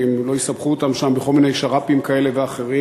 כי הם לא יסבכו אותם שם בכל מיני שר"פים כאלה ואחרים,